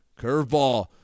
Curveball